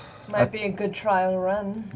might be a good trial run.